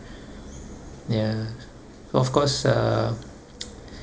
ya of course uh